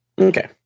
Okay